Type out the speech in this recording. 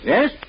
Yes